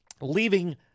leaving